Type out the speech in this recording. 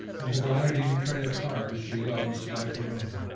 and the gliding train of cars she loves like her own.